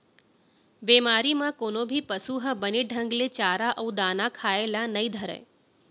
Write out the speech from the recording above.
बेमारी म कोनो भी पसु ह बने ढंग ले चारा अउ दाना खाए ल नइ धरय